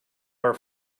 our